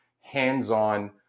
hands-on